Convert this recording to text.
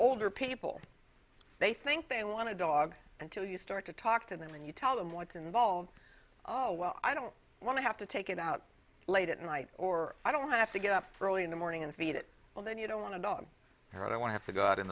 older people they think they want to dog until you start to talk to them and you tell them what's involved oh well i don't want to have to take it out late at night or i don't have to get up early in the morning and feed it well then you don't want a dog i don't want to go out in